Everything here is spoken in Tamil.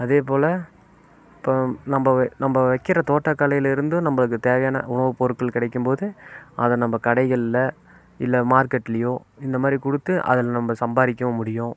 அதே போல் இப்போ நம்ப நம்ப வைக்கிற தோட்டக்கலையில் இருந்தும் நம்பளுக்கு தேவையான உணவுப்பொருட்கள் கிடைக்கும்போது அதை நம்ப கடைகளில் இல்லை மார்கெட்லையும் இந்தமாதிரி கொடுத்து அதை நம்ப சம்பாதிக்கவும் முடியும்